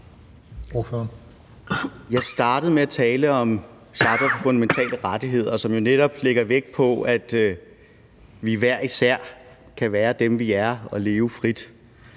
Jeg startede med at tale om charteret for fundamentale rettigheder, som jo netop lægger vægt på, at vi hver især kan være dem, vi er, og leve frit,